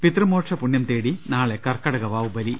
പിതൃമോക്ഷ പുണ്യം തേടി നാളെ കർക്കടക വാവുബലി